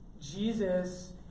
Jesus